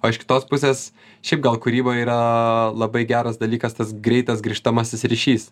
o iš kitos pusės šiaip gal kūryboj yra labai geras dalykas tas greitas grįžtamasis ryšys